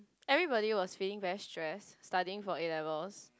everybody was feeling very stressed studying for A-levels